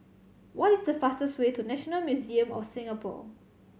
what is the fastest way to National Museum of Singapore